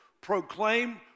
proclaim